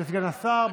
לסגן השר.